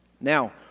Now